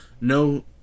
No